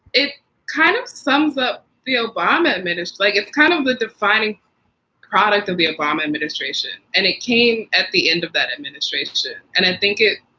it kind of sums up the obama and minutes, like it's kind of the defining product of the obama administration. and it came at the end of that administration. and i think it.